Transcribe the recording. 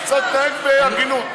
צריך להתנהג בהגינות.